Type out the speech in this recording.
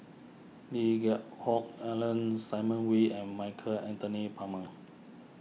Lee Geck Hoon Ellen Simon Wee and Michael Anthony Palmer